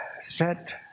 set